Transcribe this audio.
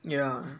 yeah